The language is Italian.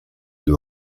due